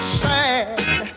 sad